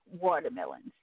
Watermelons